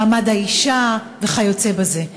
מעמד האישה וכיוצא בזה.